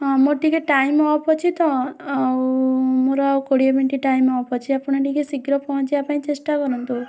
ହଁ ମୋ ଟିକେ ଟାଇମ୍ ଅଫ୍ ଅଛି ତ ଆଉ ମୋର ଆଉ କୋଡ଼ିଏ ମିନିଟ୍ ଟାଇମ୍ ଅଫ୍ ଅଛି ଆପଣ ଟିକେ ଶୀଘ୍ର ପହଞ୍ଚିବାପାଇଁ ଚେଷ୍ଟା କରନ୍ତୁ